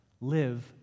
Live